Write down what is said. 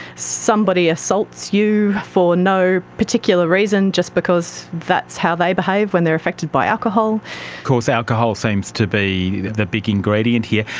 somebody assaults you for no particular reason, just because that's how they behave when they are affected by alcohol. of course alcohol seems to be the big ingredient here.